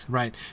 right